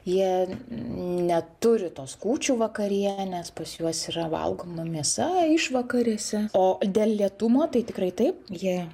jie neturi tos kūčių vakarienės pas juos yra valgoma mėsa išvakarėse o dėl lėtumo tai tikrai taip jie